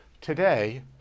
today